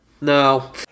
No